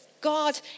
God